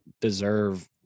deserve